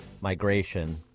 migration